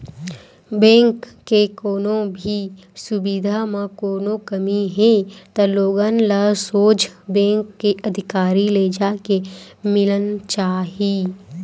bank के कोनो भी सुबिधा म कोनो कमी हे त लोगन ल सोझ बेंक के अधिकारी ले जाके मिलना चाही